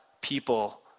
people